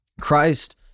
Christ